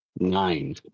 Nine